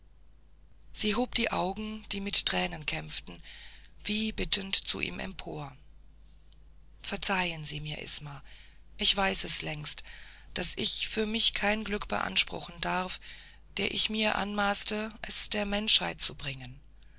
sie hob die augen die mit tränen kämpften wie bittend zu ihm empor verzeihen sie mir isma ich weiß es längst daß ich für mich kein glück beanspruchen darf der ich mir anmaßte es der menschheit zu bringen